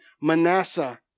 Manasseh